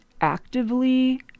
actively